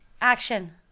Action